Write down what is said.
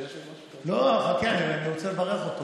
לא, חכה, אני רוצה לברך אותו.